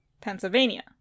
Pennsylvania